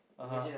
(uh huh)